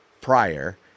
prior